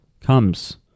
comes